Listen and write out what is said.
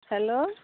hello